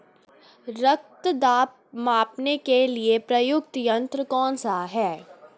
रक्त दाब मापने के लिए प्रयुक्त यंत्र कौन सा है?